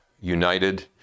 united